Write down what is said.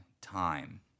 time